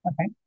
Okay